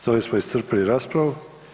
S ovim smo iscrpili raspravu.